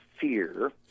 fear